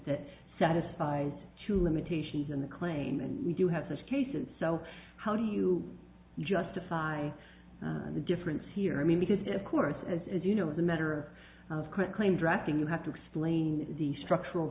that satisfies two limitations in the claim and we do have such a case and so how do you justify the difference here i mean because of course as you know is a matter of quitclaim drafting you have to explain the structural